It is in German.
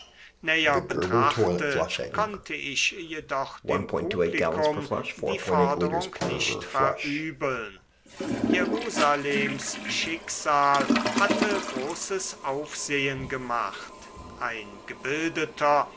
näher betrachtet konnte ich jedoch dem publikum die forderung nicht verübeln jerusalems schicksal hatte großes aufsehen gemacht ein gebildeter